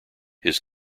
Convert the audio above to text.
his